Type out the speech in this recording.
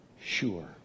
sure